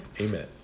Amen